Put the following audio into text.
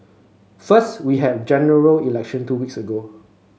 first we had General Election two weeks ago